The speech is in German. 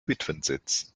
witwensitz